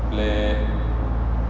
play